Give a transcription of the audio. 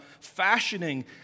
fashioning